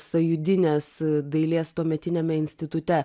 sąjūdinės dailės tuometiniame institute